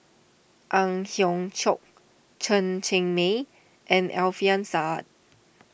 Ang Hiong Chiok Chen Cheng Mei and Alfian Sa'At